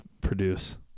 produce